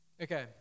Okay